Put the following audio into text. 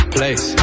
Place